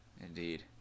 indeed